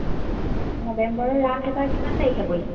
অ নৱেম্বৰৰ ৰাস এইবাৰ কিমান তাৰিখে পৰিছে